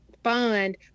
fund